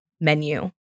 menu